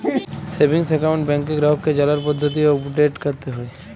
savings account ব্যাংকে গ্রাহককে জালার পদ্ধতি উপদেট ক্যরতে হ্যয়